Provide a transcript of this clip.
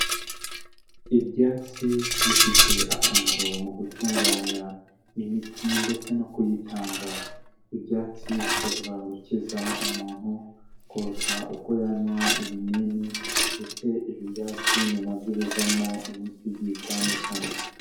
Ibyatsi bifite akamaro mu gutunganya imiti ndetse no kuyitanga, ibyatsi bishobora gukiza umuntu kuruta uko yanywa ibinini ndetse ibi byatsi ni na byo bivamo imiti igiye itandukanye.